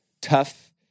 tough